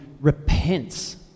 repents